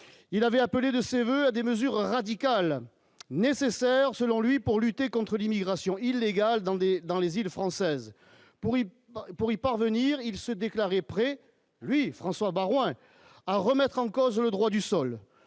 il avait appelé de ses voeux à des mesures radicales nécessaires selon lui pour lutter contre l'immigration illégale l'dans les îles françaises pour pour y parvenir, il se déclarait prêt lui François Baroin à remettre en cause le droit du sol